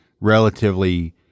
relatively